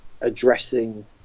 addressing